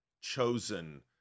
chosen